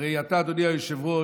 הרי אתה, אדוני היושב-ראש,